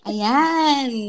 Ayan